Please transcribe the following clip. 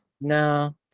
no